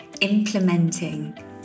implementing